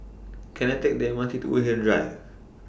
Can I Take The M R T to Woodhaven Drive